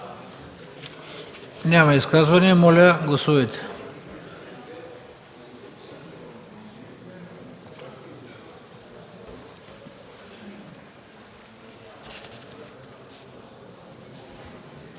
Няма изказвания. Моля, гласувайте